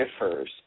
differs